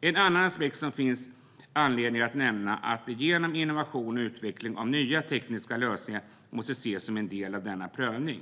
En annan aspekt som det finns anledning att nämna är att detta genom innovation och utveckling av nya tekniska lösningar måste ses som en del av denna prövning.